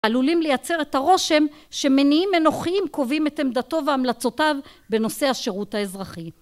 עלולים לייצר את הרושם שמניעים אנוכיים קובעים את עמדתו וההמלצותיו בנושא השירות האזרחי